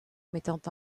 mettant